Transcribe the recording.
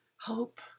hope